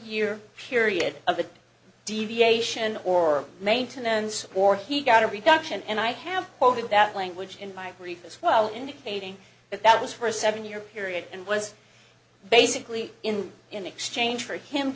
year period of a deviation or maintenance or he got a reduction and i have quoted that language in my brief as well indicating that that was for a seven year period and was basically in in exchange for him